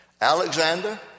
Alexander